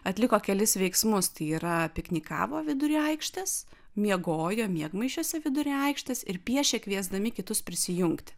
atliko kelis veiksmus tai yra piknikavo vidury aikštės miegojo miegmaišiuose vidury aikštės ir piešė kviesdami kitus prisijungti